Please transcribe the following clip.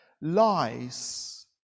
lies